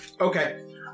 Okay